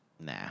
Nah